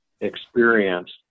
experienced